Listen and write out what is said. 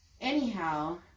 Anyhow